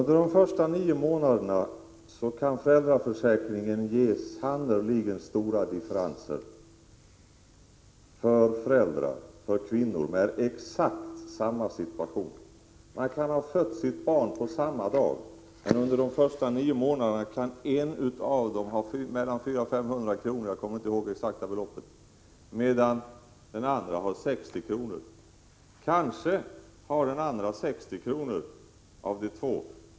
Fru talman! Föräldraförsäkringen kan sannerligen ge upphov till stora differenser mellan kvinnliga föräldrar i exakt samma situation under de första nio månaderna. Två kvinnor kan föda barn på samma dag, men under de första nio månaderna kan en av dem ha 400-500 kr. om dagen, medan den andra har 60 kr. Kanske har den andra kvinnan 60 kr.